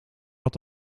had